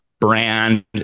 brand